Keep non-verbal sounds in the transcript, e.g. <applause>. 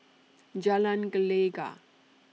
<noise> Jalan Gelegar